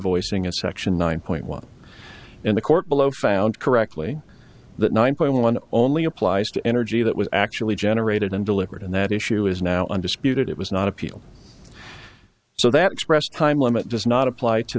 invoicing a section nine point one and the court below found correctly that nine point one only applies to energy that was actually generated and delivered and that issue is now undisputed it was not appeal so that time limit does not appl